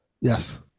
Yes